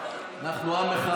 אנחנו עם אחד.